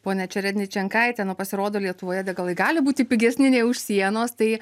ponia čeredničenkaite nu pasirodo lietuvoje degalai gali būti pigesni nei už sienos tai